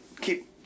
keep